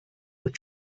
were